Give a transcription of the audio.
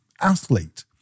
athlete